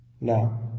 Now